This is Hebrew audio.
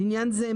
לעניין זה,